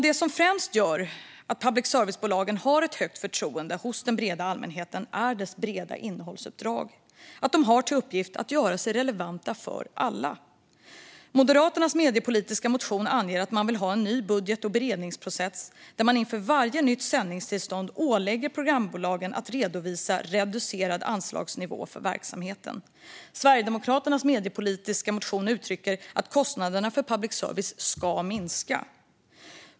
Det som främst gör att public service-bolagen har ett högt förtroende hos den breda allmänheten är deras breda innehållsuppdrag. De har till uppgift att göra sig relevanta för alla. Moderaternas mediepolitiska motion anger att de vill ha en ny budget och beredningsprocess där man inför varje nytt sändningstillstånd ålägger programbolagen att redovisa reducerad anslagsnivå för verksamheten. Sverigedemokraternas mediepolitiska motion uttrycker att kostnaderna för public service ska minska.